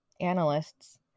analysts